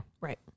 right